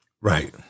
Right